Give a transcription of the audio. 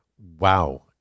Wow